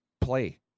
play